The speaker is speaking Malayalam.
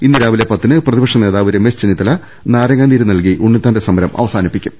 ഇന്ന് രാവിലെ പത്തിന് പ്രതിപക്ഷ നേതാവ് രമേശ് ചെന്നിത്തല നാരങ്ങാനീര് നൽകി ഉണ്ണിത്താന്റെ സമരം അവസാനിപ്പിക്കും